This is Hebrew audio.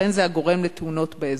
שבהם הוכח שאכן זה הגורם לתאונות באזור?